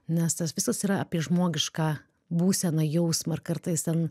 nes tas visas yra apie žmogišką būseną jausmą ir kartais ten